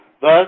Thus